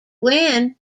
win